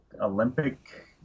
Olympic